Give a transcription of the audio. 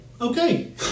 okay